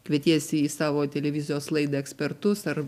kvietiesi į savo televizijos laidą ekspertus ar